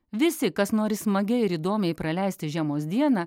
visi kas nori smagiai ir įdomiai praleisti žiemos dieną